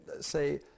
say